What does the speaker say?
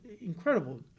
incredible